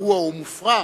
"פרוע או מופרע"